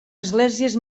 esglésies